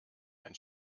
ein